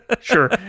Sure